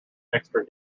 extra